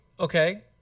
Okay